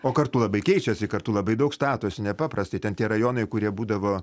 o kartu labai keičiasi kartu labai daug statosi nepaprastai ten tie rajonai kurie būdavo